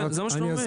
זה מה שאתה אומר.